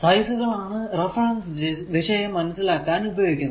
സൈസുകൾ ആണ് റഫറൻസ് ദിശയെ മനസ്സിലാക്കാൻ ഉപയോഗിക്കുന്നത്